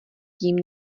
tím